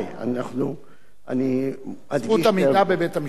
אני מדגיש, זכות עמידה בבית-המשפט.